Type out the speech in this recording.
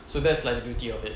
so that's like the beauty of it